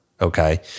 okay